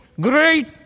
great